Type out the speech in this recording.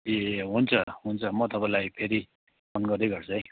ए हुन्छ हुन्छ म तपाईँलाई फेरि फोन गर्दै गर्छु है